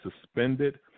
suspended